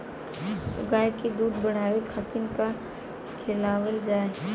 गाय क दूध बढ़ावे खातिन का खेलावल जाय?